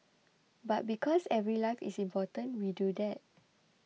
but because every life is important we do that